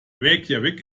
reykjavík